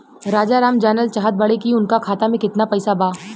राजाराम जानल चाहत बड़े की उनका खाता में कितना पैसा बा?